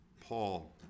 Paul